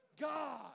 God